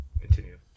continue